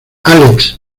alex